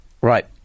Right